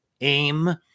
aim